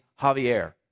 Javier